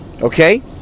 okay